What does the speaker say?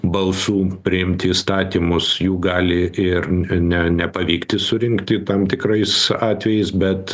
balsų priimti įstatymus jų gali ir ne nepavykti surinkti tam tikrais atvejais bet